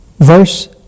Verse